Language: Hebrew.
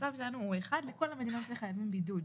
הצו שלנו הוא אחד לכל המדינות שחייבים בידוד.